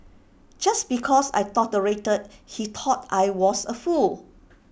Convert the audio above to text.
just because I tolerated he thought I was A fool